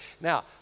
Now